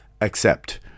accept